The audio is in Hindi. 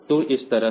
तो इस तरह से